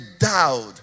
endowed